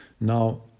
Now